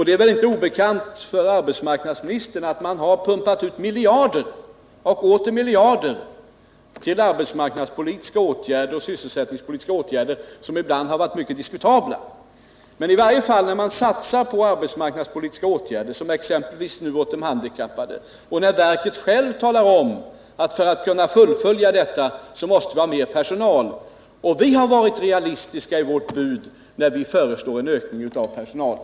Det är väl inte obekant för arbetsmarknadsministern att det har pumpats ut miljarder och åter miljarder till arbetsmarknadspolitiska och sysselsättningspolitiska åtgärder som ibland har varit mycket diskutabla. När man satsar på arbetsmarknadspolitiska åtgärder, exempelvis för handikappade, måste man också lyssna på vad arbetsmarknadsverket säger: För att kunna genomföra åtgärderna behövs det mer personal. Vi har varit realistiska i vårt bud, när vi föreslagit en ökning av personalen.